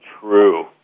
True